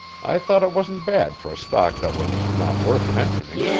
i thought it wasn't bad for a stock that was not worth mentioning.